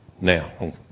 Now